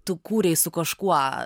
tu kūrei su kažkuo